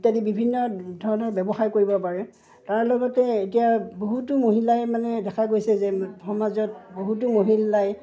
ইত্যাদি বিভিন্ন ধৰণৰ ব্যৱসায় কৰিব পাৰে তাৰ লগতে এতিয়া বহুতো মহিলাই মানে দেখা গৈছে যে সমাজত বহুতো মহিলাই